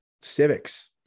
civics